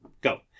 go